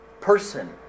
person